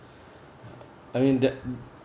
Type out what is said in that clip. I mean that